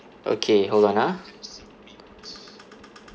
okay hold on ah